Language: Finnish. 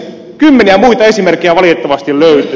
kymmeniä muita esimerkkejä valitettavasti löytyy